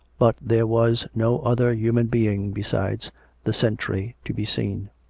but there was no other human being besides the sentry to be seen.